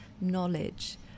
knowledge